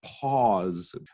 pause